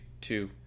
two